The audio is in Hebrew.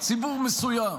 ציבור מסוים